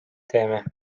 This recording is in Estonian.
teeme